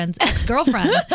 ex-girlfriend